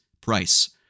price